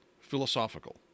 philosophical